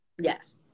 Yes